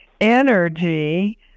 energy